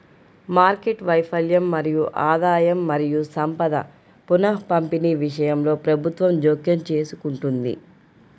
market వైఫల్యం మరియు ఆదాయం మరియు సంపద పునఃపంపిణీ విషయంలో ప్రభుత్వం జోక్యం చేసుకుంటుంది